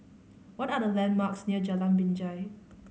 what are the landmarks near Jalan Binjai